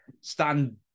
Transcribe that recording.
stand